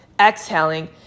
exhaling